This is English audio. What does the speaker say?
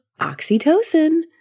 oxytocin